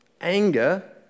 anger